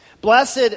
Blessed